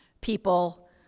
people